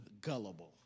gullible